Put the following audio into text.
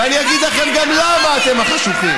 אתם החשוכים, ואני אגיד לכם גם למה אתם החשוכים.